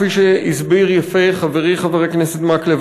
כפי שהסביר יפה חברי חבר הכנסת מקלב,